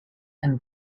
and